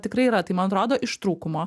tikrai yra tai man atrodo iš trūkumo